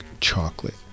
chocolate